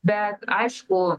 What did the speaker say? bet aišku